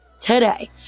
today